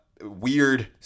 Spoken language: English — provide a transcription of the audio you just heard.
weird